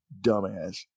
dumbass